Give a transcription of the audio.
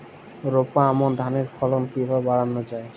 রোপা আমন ধানের ফলন কিভাবে বাড়ানো যায়?